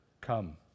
come